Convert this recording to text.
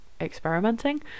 experimenting